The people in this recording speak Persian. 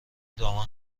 دامن